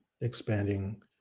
expanding